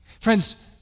Friends